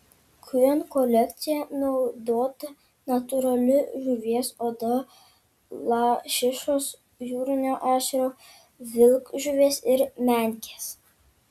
kuriant kolekciją naudota natūrali žuvies oda lašišos jūrinio ešerio vilkžuvės ir menkės